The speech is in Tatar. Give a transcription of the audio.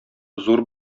зур